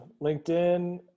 LinkedIn